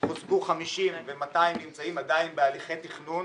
הוצגו 50 ו-200 נמצאים עדיין בהליכי תכנון.